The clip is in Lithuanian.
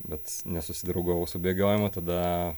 bet nesusidraugavau su bėgiojimu tada